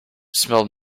smelled